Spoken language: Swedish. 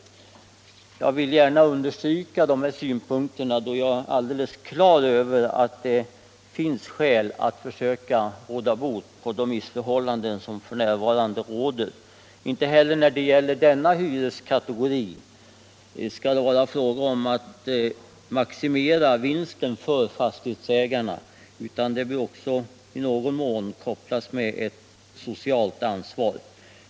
Jag har velat understryka detta, då jag är alldeles övertygad om att det finns skäl att försöka råda bot på de missförhållanden som f. n. råder. Inte heller när det gäller denna hyresgästkategori skall det vara fråga om att maximera vinsten för fastighetsägarna utan deras verksamhet bör också i någon mån vara förenad med ett socialt ansvar.